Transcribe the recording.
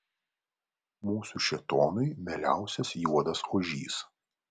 mūsų šėtonui mieliausias juodas ožys